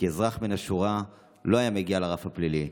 כי אזרח מן השורה לא היה מגיע לרף הפלילי.